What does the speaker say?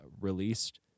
released